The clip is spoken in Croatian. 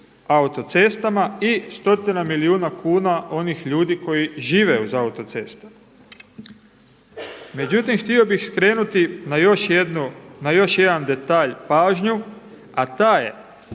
autocestama i stotina milijuna kuna onih ljudi koji žive uz autoceste. Međutim, htio bih skrenuti na još jedan detalj pažnju a taj je